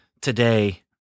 today